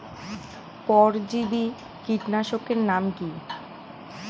পরজীবী কীটনাশকের নাম কি?